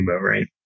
right